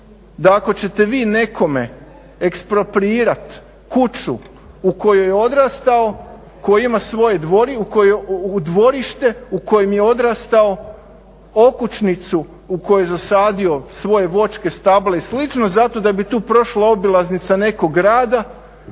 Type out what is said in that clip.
da ako ćete vi nekome eksproprirati kuću u kojoj je odrastao, koja ima svoje dvorište, u dvorište u kojem je odrastao, okućnicu u kojoj je zasadio svoje voćke, stabla i slično zato da bi tu prošla obilaznica nekog rada.